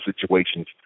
situations